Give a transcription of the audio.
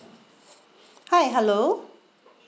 hi hello